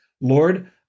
Lord